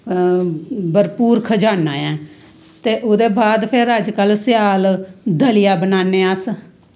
भरपूर खजाना ऐ ते उह्दे बाद अजकल स्याल दलिया बनाने अस